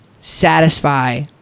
satisfy